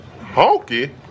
Honky